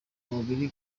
mubiri